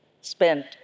spent